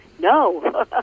No